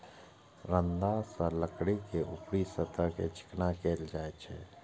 रंदा सं लकड़ी के ऊपरी सतह कें चिकना कैल जाइ छै